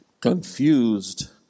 confused